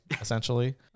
Essentially